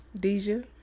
Deja